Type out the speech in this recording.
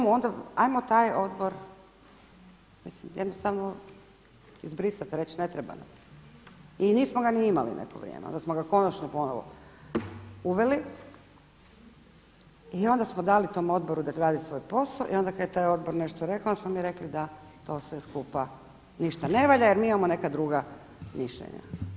Ajmo taj odbor mislim jednostavno izbrisati i reći ne treba nam i nismo ga ni imali neko vrijeme, onda smo ga konačno ponovno uveli i onda smo dali tom odboru da radi svoj posao i onda kada je taj odbor nešto rekao onda smo mi rekli da to sve skupa ništa ne valja jer mi imamo neka druga mišljenja.